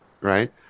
right